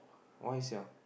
why sia